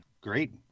great